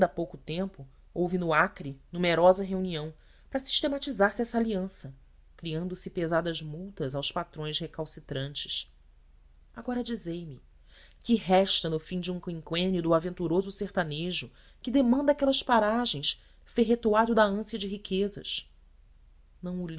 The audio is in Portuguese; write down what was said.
pouco tempo houve no acre numerosa reunião para sistematizar se essa aliança criando se pesadas multas aos patrões recalcitrantes agora dizei-me que resta no fim de um qüinqüênio do aventuroso sertanejo que demanda aquelas paragens ferretoado da ânsia de riquezas não